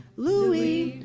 louie,